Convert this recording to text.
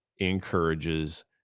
encourages